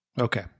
okay